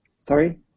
Sorry